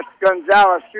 Gonzalez